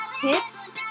tips